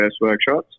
workshops